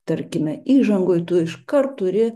tarkime įžangoj tu iškart turi